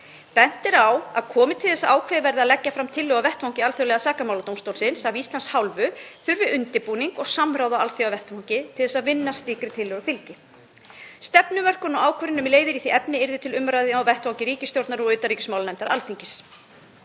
Bent er á að komi til þess að ákveðið verði að leggja fram tillögu á vettvangi Alþjóðlega sakamáladómstólsins af Íslands hálfu þurfi undirbúning og samráð á alþjóðavettvangi til þess að vinna slíkri tillögu fylgi. Stefnumörkun og ákvörðun um leiðir í því efni yrði til umræðu á vettvangi ríkisstjórnar og utanríkismálanefndar Alþingis.